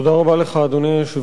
אדוני היושב-ראש,